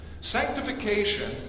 Sanctification